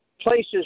places